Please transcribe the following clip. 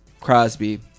Crosby